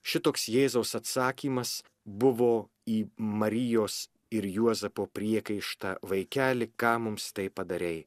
šitoks jėzaus atsakymas buvo į marijos ir juozapo priekaištą vaikeli kam mums taip padarei